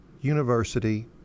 University